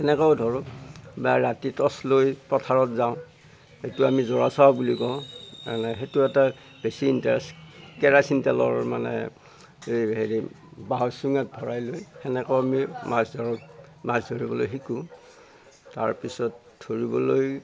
তেনেকৈও ধৰোঁ বা ৰাতি টৰ্চ লৈ পথাৰত যাওঁ সেইটো আমি জোৰা চোৱা বুলি কওঁ এনে সেইটো এটা বেছি ইণ্টাৰেষ্ট কেৰাচিন তেলৰ মানে এই হেৰি বাঁহৰ চোঙাত ভৰাই লৈ সেনেকৈও আমি মাছ ধৰোঁ মাছ ধৰিবলৈ শিকোঁ তাৰ পিছত ধৰিবলৈ